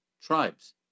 tribes